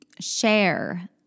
share